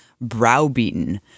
browbeaten